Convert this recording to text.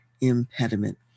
impediment